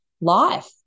life